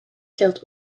geldt